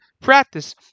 practice